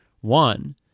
one